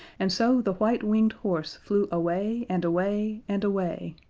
and so the white-winged horse flew away and away and away,